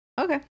okay